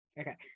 okay